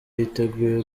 yiteguye